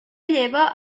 lleva